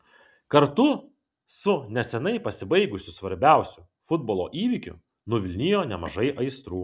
kartu su neseniai pasibaigusiu svarbiausiu futbolo įvykiu nuvilnijo nemažai aistrų